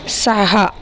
सहा